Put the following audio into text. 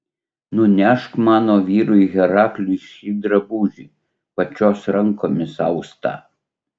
nunešk mano vyrui herakliui šį drabužį pačios rankomis austą